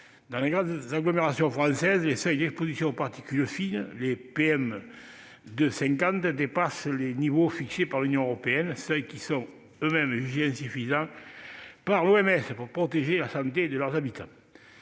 Dans les grandes agglomérations françaises, les seuils d'exposition aux particules fines (PM2,5) dépassent les niveaux fixés par l'Union européenne, seuils qui sont eux-mêmes jugés insuffisants par l'Organisation mondiale de la santé